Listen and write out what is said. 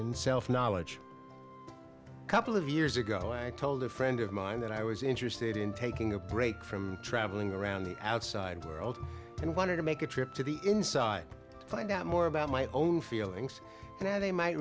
and self knowledge couple of years ago i told a friend of mine that i was interested in taking a break from travelling around the outside world and wanted to make a trip to the inside find out more about my own feelings that they might